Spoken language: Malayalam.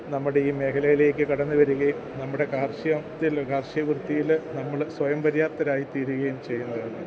നമ്മുടെ ഈ മേഖലയിലേക്ക് കടന്നുവരികയും നമ്മുടെ കാർഷികത്തിൽ കാർഷികവൃത്തിയിൽ നമ്മൾ സ്വയം പര്യാപ്തരായിത്തീരുകയും ചെയ്യും